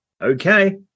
Okay